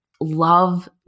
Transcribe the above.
love